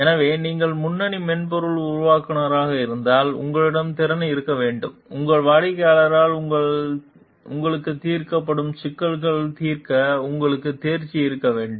எனவே நீங்கள் முன்னணி மென்பொருள் உருவாக்குநராக இருந்தால் உங்களிடம் திறன் இருக்க வேண்டும் உங்கள் வாடிக்கையாளர்களால் உங்களுக்கு தீர்க்கப்படும் சிக்கல்களைத் தீர்க்க உங்களுக்கு தேர்ச்சி இருக்க வேண்டும்